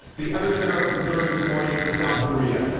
the other center of concern this morning, south korea.